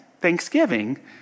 Thanksgiving